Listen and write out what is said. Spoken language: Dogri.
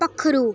पक्खरू